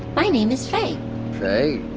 my name is faye faye?